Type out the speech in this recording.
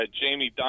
Jamie